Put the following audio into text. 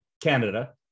Canada